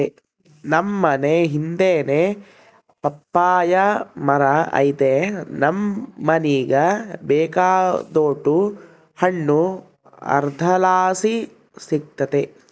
ನಮ್ ಮನೇ ಹಿಂದೆನೇ ಪಪ್ಪಾಯಿ ಮರ ಐತೆ ನಮ್ ಮನೀಗ ಬೇಕಾದೋಟು ಹಣ್ಣು ಅದರ್ಲಾಸಿ ಸಿಕ್ತತೆ